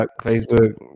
Facebook